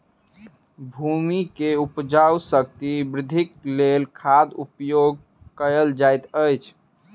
भूमि के उपजाऊ शक्ति वृद्धिक लेल खादक उपयोग कयल जाइत अछि